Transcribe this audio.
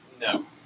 No